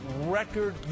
record